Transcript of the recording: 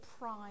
prime